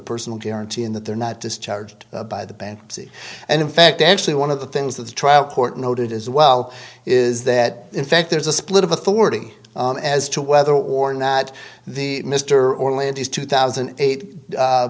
personal guarantee in that they're not discharged by the bankruptcy and in fact actually one of the things that the trial court noted as well is that in fact there's a split of authority as to whether or not the mr orlando's two thousand and